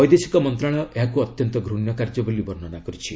ବୈଦେଶିକ ମନ୍ତ୍ରଣାଳୟ ଏହାକୁ ଅତ୍ୟନ୍ତ ଘୂଣ୍ୟ କାର୍ଯ୍ୟ ବୋଲି ବର୍ଷ୍ଣନା କରିଛି